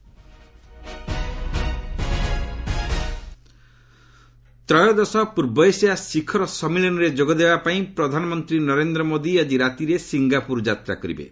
PM Singapore visit ତ୍ରୟୋଦଶ ପୂର୍ବ Asia ଶିଖର ସମ୍ମିଳନୀରେ ଯୋଗଦେବାପାଇଁ ପ୍ରଧାନମନ୍ତ୍ରୀ ନରେନ୍ଦ୍ର ମୋଦି ଆଜି ରାତିରେ ସିଙ୍ଗାପୁର ଯାତ୍ରା କରିବେ